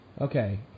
Okay